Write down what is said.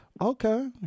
Okay